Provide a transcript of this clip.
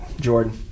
Jordan